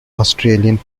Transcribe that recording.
australian